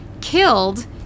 killed